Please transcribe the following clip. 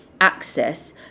access